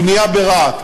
בנייה ברהט.